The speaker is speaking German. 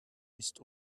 ist